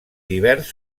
divers